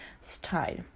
style